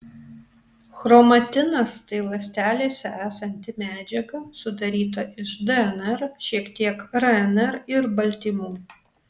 chromatinas tai ląstelėse esanti medžiaga sudaryta iš dnr šiek tiek rnr ir baltymų